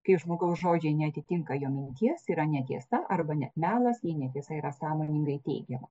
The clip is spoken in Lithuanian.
kai žmogaus žodžiai neatitinka jo minties yra netiesa arba net melas jei netiesa yra sąmoningai teigiama